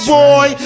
boy